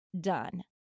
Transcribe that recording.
done